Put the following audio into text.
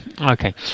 Okay